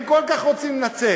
הם כל כך רוצים לצאת.